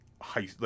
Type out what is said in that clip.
high